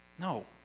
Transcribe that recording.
No